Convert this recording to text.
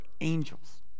angels